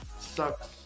sucks